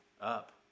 up